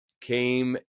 came